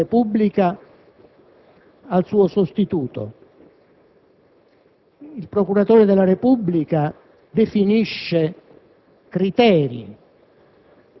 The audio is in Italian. Il procedimento viene assegnato dal procuratore della Repubblica al suo sostituto.